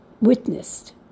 witnessed